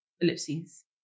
ellipses